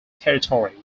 territory